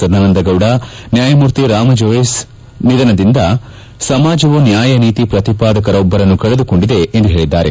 ಸದಾನಂದಗೌಡ ನ್ಯಾಯಮೂರ್ತಿ ರಾಮಾ ಜೋಯಿಸ್ ನಿಧನದಿಂದ ಸಮಾಜವು ನ್ಯಾಯ ನೀತಿ ಪ್ರತಿಪಾದಕರೊಬ್ಲರನ್ನು ಕಳೆದುಕೊಂಡಿದೆ ಎಂದು ಹೇಳಿದ್ದಾರೆ